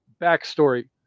backstory